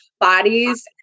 bodies